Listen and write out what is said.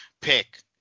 pick